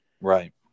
Right